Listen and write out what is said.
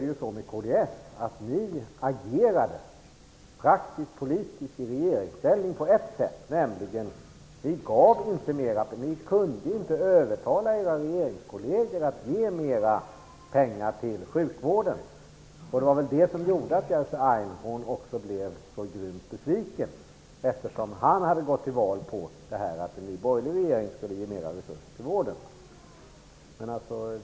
Däremot kan man notera hur kds agerade praktiskt politiskt i regeringsställning. Ni gav då inte mer pengar till sjukvården, eftersom ni inte kunde övertala era regeringskolleger om detta. Det var väl det som gjorde att Jerzy Einhorn också blev så grymt besviken, eftersom han hade gått till val på att en borgerlig regering skulle ge mer resurser till vården.